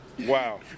Wow